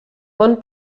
bon